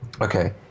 Okay